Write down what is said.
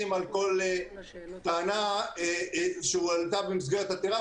על כל טענה שהועלתה במסגרת העתירה,